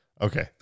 Okay